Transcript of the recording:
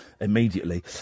Immediately